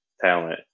talent